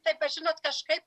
taip aš žinot kažkaip